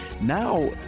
Now